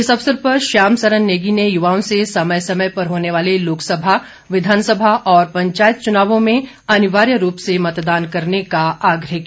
इस अवसर पर श्याम सरन नेगी ने युवाओं से समय समय पर होने वाले लोकसभा विधानसभा और पंचायत चुनावों में अनिवार्य रूप से मतदान करने का आग्रह किया